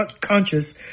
conscious